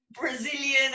Brazilian